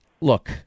look